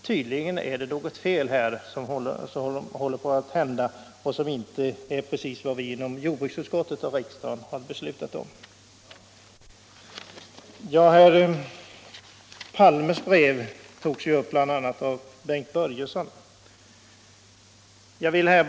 Tydligen får Kommunförbundets tolkning konsekvenser som inte är i linje med vad vi inom jordbruksutskottet och riksdagen hade beslutat. Herr Palmes brev togs upp av bl.a. herr Börjesson i Falköping.